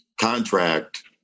contract